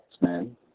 man